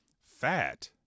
fat